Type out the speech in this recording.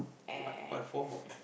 what what for